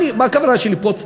מה הכוונה שלי פה?